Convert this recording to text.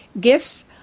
gifts